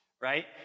right